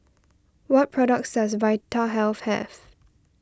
what products does Vitahealth have